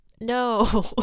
no